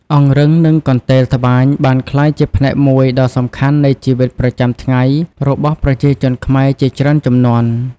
អង្រឹងនិងកន្ទេលត្បាញបានក្លាយជាផ្នែកមួយដ៏សំខាន់នៃជីវិតប្រចាំថ្ងៃរបស់ប្រជាជនខ្មែរជាច្រើនជំនាន់។